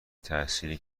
تاثیر